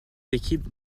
équipes